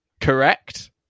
Correct